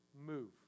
move